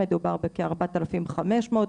מדובר בכ-4,500 עובדים,